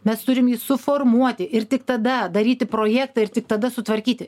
mes turim jį suformuoti ir tik tada daryti projektą ir tik tada sutvarkyti